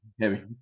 heavy